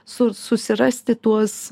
su susirasti tuos